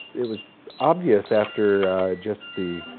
it was obvious after just the